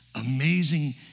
amazing